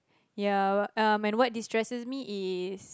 ya um and what destresses me is